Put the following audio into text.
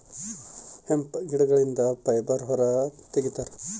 hemp ಗಿಡಗಳಿಂದ fibre ಹೊರ ತಗಿತರೆ